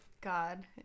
god